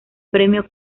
premio